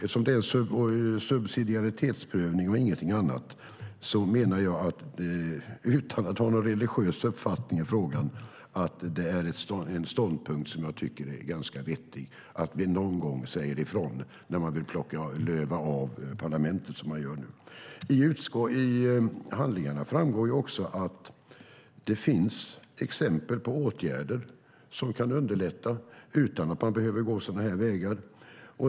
Eftersom det handlar om subsidiaritetsprövning och ingenting annat menar jag - utan att ha någon religiös uppfattning i frågan - att en ståndpunkt som är ganska vettig är att vi någon gång säger ifrån när man vill avlöva parlamenten så som man nu gör. Av handlingarna framgår att det finns exempel på åtgärder som kan underlätta utan att man behöver gå sådana här vägar.